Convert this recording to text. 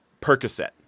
Percocet